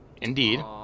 Indeed